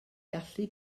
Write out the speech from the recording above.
gallu